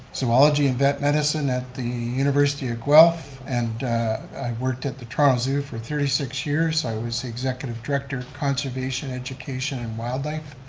zoology and vet medicine at the university of guelph, and i worked at the toronto zoo for thirty six years, so i was the executive director conservation, education and wildlife,